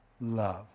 love